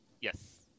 Yes